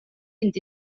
vint